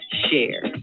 share